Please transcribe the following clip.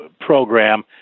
program